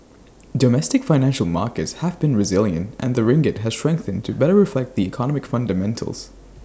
domestic financial markets have been resilient and the ringgit has strengthened to better reflect the economic fundamentals